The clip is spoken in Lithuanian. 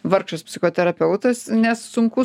vargšas psichoterapeutas nes sunku